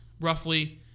roughly